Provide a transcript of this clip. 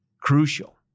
crucial